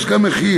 יש גם מחיר,